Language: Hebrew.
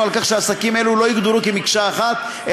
על כך שעסקים אלו לא יוגדרו מקשה אחת,